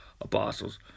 apostles